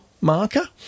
marker